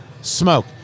smoke